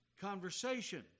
conversation